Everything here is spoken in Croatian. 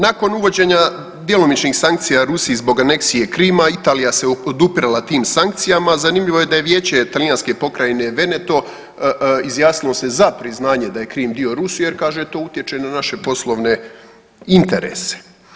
Nakon uvođenja djelomičnih sankcija Rusiji zbog aneksije Krima Italija se odupirala tim sankcijama, zanimljivo je da je vijeće talijanske pokrajine Veneto izjasnilo se za priznanje da je Krim dio Rusiju jer kaže to utječe na naše poslovne interese.